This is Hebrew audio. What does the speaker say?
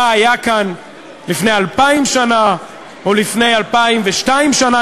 מה היה כאן לפני 2,000 שנה או לפני 2,002 שנה,